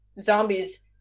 zombies